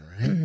right